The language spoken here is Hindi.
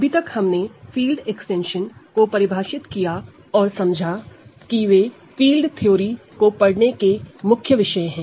अभी तक हमने फील्ड एक्सटेंशन को परिभाषित किया और समझा कि वे फील्ड थ्योरी को पढ़ने के मुख्य विषय है